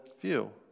view